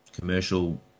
commercial